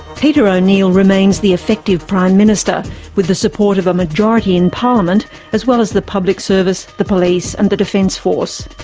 peter o'neill remains the effective prime minister with the support of a majority in parliament as well as the public service, the police, and the defence force.